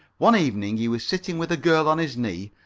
one evening he was sitting with a girl on his knee,